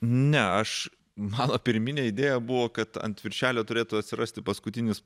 ne aš mano pirminė idėja buvo kad ant viršelio turėtų atsirasti paskutinis